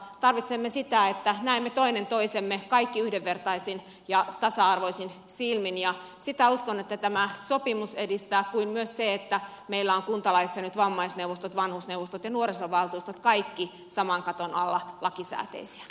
tarvitsemme sitä että näemme toinen toisemme kaikki yhdenvertaisin ja tasa arvoisin silmin ja uskon että tämä sopimus edistää sitä kuin myös se että meillä ovat kuntalaissa nyt vammaisneuvostot vanhusneuvostot ja nuorisovaltuustot kaikki saman katon alla lakisääteisiä